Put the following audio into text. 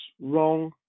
wrong